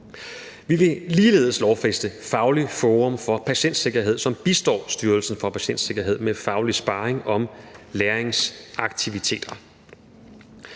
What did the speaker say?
Vi vil ligeledes lovfæste Fagligt Forum for Patientsikkerhed, som bistår Styrelsen for Patientsikkerhed med faglig sparring om læringsaktiviteter.